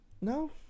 no